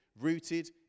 rooted